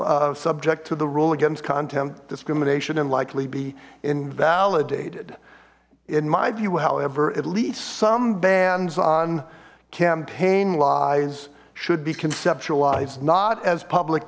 be subject to the rule against content discrimination and likely be invalidated in my view however at least some bans on campaign lies should be conceptualized not as public